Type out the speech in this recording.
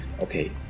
okay